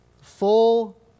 full